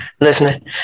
listening